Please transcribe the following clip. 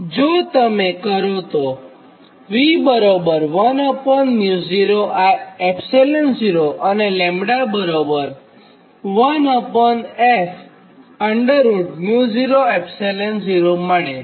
જો તમે કરો તો v100 અને λ1f00 મળે